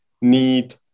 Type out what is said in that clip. need